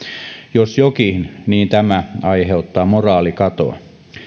jos jokin niin tämä aiheuttaa moraalikatoa